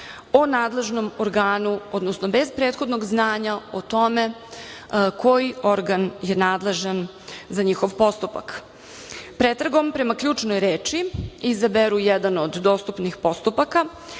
o nadležnom organu, odnosno bez prethodnog znanja o tome koji organ je nadležan za njihov postupak. Pretragom prema ključnoj reči izaberu jedan od dostupnih postupaka